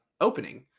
opening